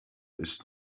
ist